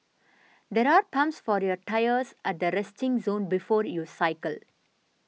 there are pumps for your tyres at the resting zone before you cycle